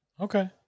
Okay